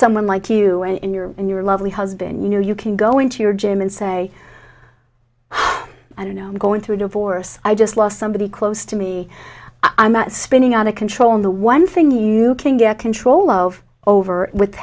someone like you and your and your lovely husband you know you can go into your gym and say i don't know i'm going through a divorce i just lost somebody close to me i'm not spinning out of control on the one thing you can get control of over with